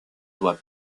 doit